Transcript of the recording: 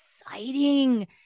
exciting